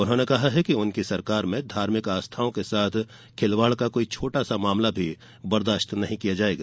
उन्होंने कहा कि उनकी सरकार में धार्मिक आस्थाओं के साथ खिलवाड़ का कोई छोटा सा मामला भी बर्दाश्त नहीं किया जायेगा